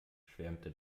schwärmte